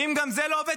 ואם גם זה לא עובד,